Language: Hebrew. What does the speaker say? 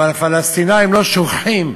אבל הפלסטינים לא שוכחים,